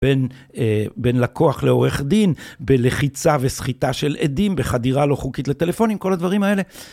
בין לקוח לעורך דין, בלחיצה וסחיטה של עדים, בחדירה לא חוקית לטלפונים, כל הדברים האלה.